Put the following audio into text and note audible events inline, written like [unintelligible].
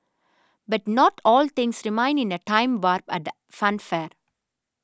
but not all things remind in a time [unintelligible] at the funfair